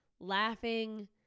laughing